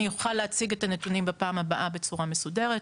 אני אוכל להציג את הנתונים בפעם הבאה בצורה מסודרת.